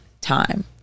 time